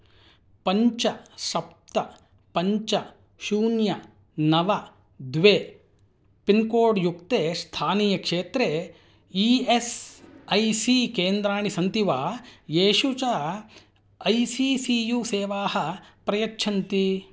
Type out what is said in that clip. पञ्च सप्त पञ्च शून्य नव द्वे पिन्कोड् युक्ते स्थानीयक्षेत्रे ई एस् ऐ सी केन्द्राणि सन्ति वा येषु च ऐ सी सी यू सेवाः प्रयच्छन्ति